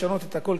כי זה בלתי אפשרי,